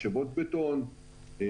משאבות בטון,